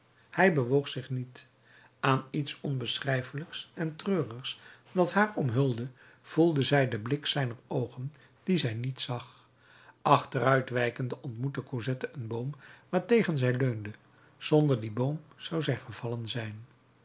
hij bewoog zich niet aan iets onbeschrijfelijks en treurigs dat haar omhulde voelde zij den blik zijner oogen dien zij niet zag achteruit wijkende ontmoette cosette een boom waartegen zij leunde zonder dien boom zou zij gevallen zijn